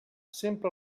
sempre